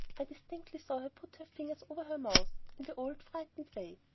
i distinctly saw her put her fingers over her mouth in the old, frightened way.